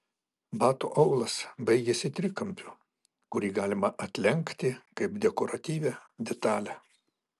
bato aulas baigiasi trikampiu kurį galima atlenkti kaip dekoratyvią detalę